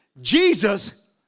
Jesus